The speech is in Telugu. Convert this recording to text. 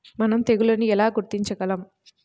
మనం తెగుళ్లను ఎలా గుర్తించగలం?